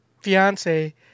fiance